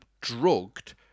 drugged